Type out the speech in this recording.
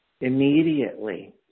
immediately